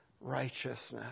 righteousness